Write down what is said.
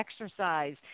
exercise